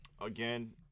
again